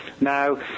Now